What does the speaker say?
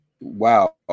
Wow